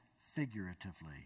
figuratively